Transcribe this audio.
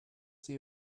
see